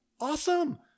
Awesome